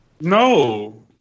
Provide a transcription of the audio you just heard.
No